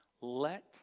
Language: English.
let